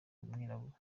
umwirabura